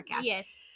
Yes